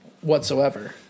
whatsoever